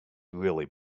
really